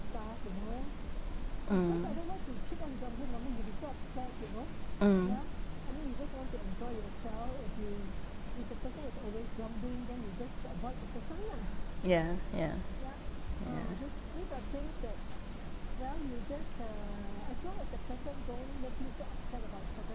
mm mm ya ya ya